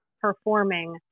performing